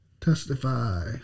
Testify